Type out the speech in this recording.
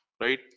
right